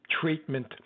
treatment